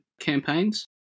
campaigns